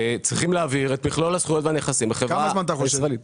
צריכים להעביר את מכלול הזכויות והנכסים בחברה הישראלית.